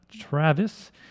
Travis